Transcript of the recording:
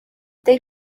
they